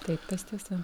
taip tas tiesa